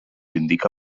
indica